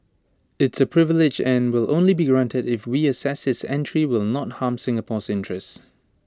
it's A privilege and IT will only be granted if we assess his entry will not harm Singapore's interests